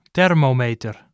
Thermometer